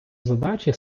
задачі